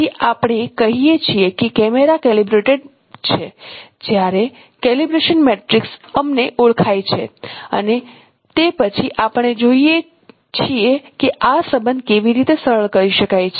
તેથી આપણે કહીએ છીએ કે કેમેરો કેલિબ્રેટેડ છે જ્યારે કેલિબ્રેશન મેટ્રિક્સ અમને ઓળખાય છે અને તે પછી આપણે જોઈએ છીએ કે આ સંબંધ કેવી રીતે સરળ કરી શકાય છે